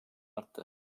arttı